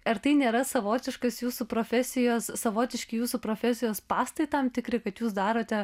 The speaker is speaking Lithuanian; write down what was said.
ar tai nėra savotiškas jūsų profesijos savotiški jūsų profesijos spąstai tam tikri kad jūs darote